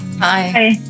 Hi